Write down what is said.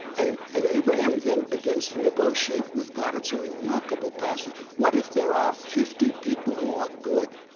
and and abraham then begins to negotiate with god. it's a remarkable passage. what if there are fifty people who are good?